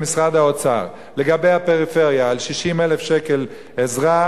משרד האוצר לגבי הפריפריה על 60,000 שקל עזרה,